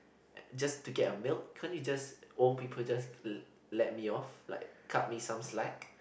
just to get a milk can't you just old people just let let me off like cut me some slack